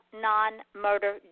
non-murder